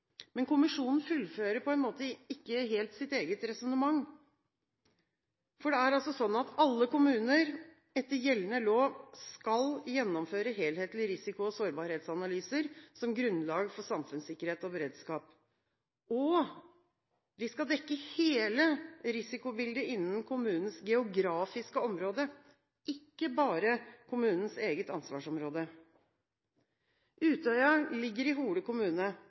Men kommisjonen fullfører på en måte ikke sitt eget resonnement. Det er sånn at alle kommuner etter gjeldende lov skal gjennomføre helhetlige risiko- og sårbarhetsanalyser som grunnlag for samfunnssikkerhet og beredskap, og de skal dekke hele risikobildet innen kommunens geografiske område, ikke bare kommunens eget ansvarsområde. Utøya ligger i Hole kommune,